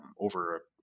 over